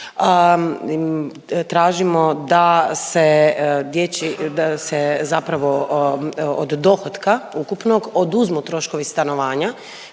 tražimo da se dječji, da se zapravo od dohotka ukupnog oduzmu troškovi stanovanja